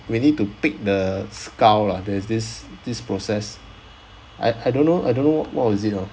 we need to pick the skull lah there's this this process I I don't know I don't know what was it oh